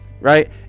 right